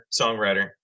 songwriter